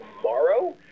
tomorrow